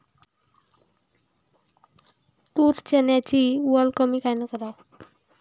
तूर, चन्याची वल कमी कायनं कराव?